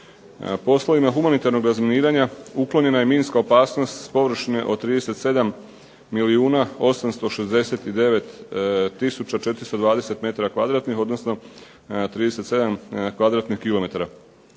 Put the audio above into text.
Poslovima humanitarnog razminiranja uklonjena je minska opasnost s površine od 37 milijuna 869 tisuća 420 m2, odnosno 37 km2. Provedbom